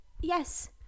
yes